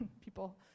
people